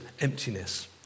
emptiness